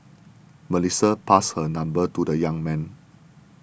Melissa passed her number to the young man